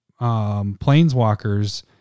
planeswalkers